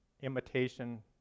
imitation